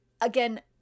again